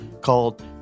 called